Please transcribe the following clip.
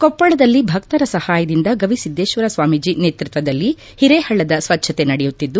ಕೊಪ್ಪಳದಲ್ಲಿ ಭಕ್ತರ ಸಹಾಯದಿಂದ ಗವಿ ಸಿದ್ದೇಶ್ವರ ಸ್ವಾಮೀಜಿ ನೇತೃತ್ವದಲ್ಲಿ ಹಿರೇಹಳ್ಳದ ಸ್ವಚ್ಛತೆ ನಡೆಯುತ್ತಿದ್ದ